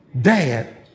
Dad